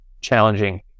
challenging